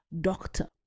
doctor